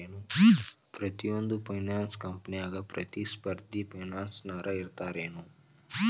ಪ್ರತಿಯೊಂದ್ ಫೈನಾನ್ಸ ಕಂಪ್ನ್ಯಾಗ ಪ್ರತಿಸ್ಪರ್ಧಿ ಫೈನಾನ್ಸರ್ ಇರ್ತಾರೆನು?